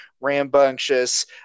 rambunctious